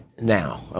now